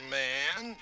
man